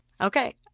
Okay